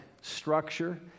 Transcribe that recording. structure